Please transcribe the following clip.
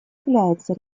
является